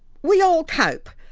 we all cope,